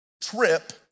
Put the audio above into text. trip